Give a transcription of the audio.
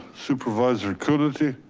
supervisor coonerty?